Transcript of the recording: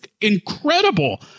incredible